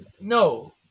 No